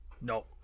no